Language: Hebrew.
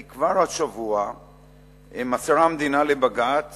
כי כבר השבוע מסרה המדינה לבג"ץ